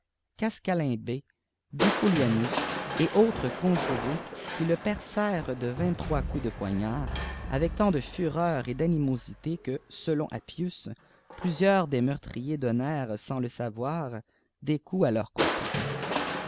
bucolianus et autres conjurés qui le percèrent de vingt-trois coups de poignards avec tant de fureur et d'animosité que selon âppiii plusieurs des meurtriers dondèrent sans le savoir des coups a leurs complices